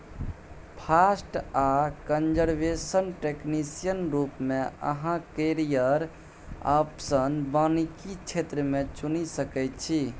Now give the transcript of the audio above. forest आ conservation technician रुप मे अहाँ कैरियर आप्शन बानिकी क्षेत्र मे चुनि सकै छी